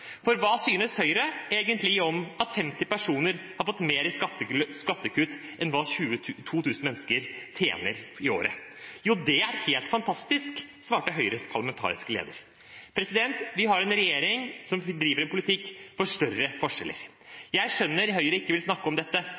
pengene. Hva synes Høyre egentlig om at 50 personer har fått mer i skattekutt enn hva 2 000 mennesker tjener i året? Jo, det er helt «fantastisk», svarte Høyres parlamentariske leder. Vi har en regjering som driver en politikk for større forskjeller. Jeg skjønner Høyre ikke vil snakke om dette,